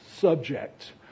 subject